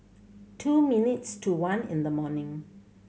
two minutes to one in the morning